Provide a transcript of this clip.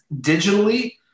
digitally